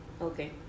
Okay